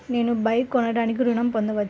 నేను బైక్ కొనటానికి ఋణం పొందవచ్చా?